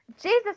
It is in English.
Jesus